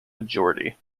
majority